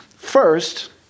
First